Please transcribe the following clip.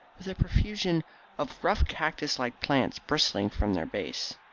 with a profusion of rough cactus-like plants bristling from their base.